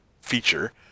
feature